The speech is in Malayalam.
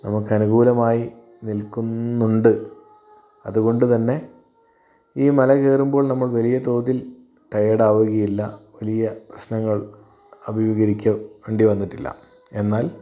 നമ്മുക്ക് അനുകൂലമായി നിൽക്കുന്നുണ്ട് അതുകൊണ്ടുതന്നെ ഈ മല കേറുമ്പോൾ നമ്മൾ വല്യതോതിൽ ടയേർഡ് ആകുകയില്ല വല്യ പ്രശ്നങ്ങൾ അഭിമുഖികരിക്കേണ്ടി വന്നിട്ടില്ല എന്നാൽ